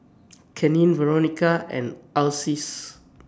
Keenen Veronica and Ulysses